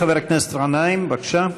חבר הכנסת גנאים, בבקשה.